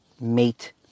Mate